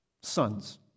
Sons